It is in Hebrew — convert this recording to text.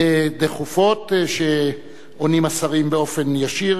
דחופות שהשרים עונים עליהן באופן ישיר.